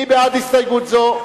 מי בעד הסתייגות זו?